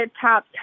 top